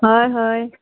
হয় হয়